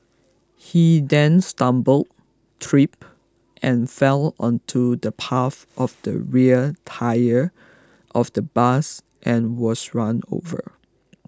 he then stumbled tripped and fell onto the path of the rear tyre of the bus and was run over